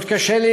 מאוד קשה לי,